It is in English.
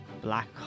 black